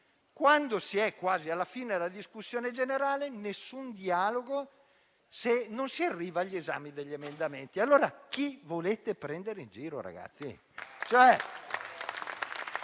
Quando si è quasi alla fine della discussione generale, nessun dialogo se non si arriva all'esame degli emendamenti. Chi volete prendere in giro?